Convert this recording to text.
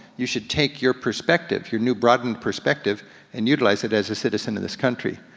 you should take your perspective, your new broadened perspective and utilize it as a citizen in this country.